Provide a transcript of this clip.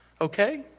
Okay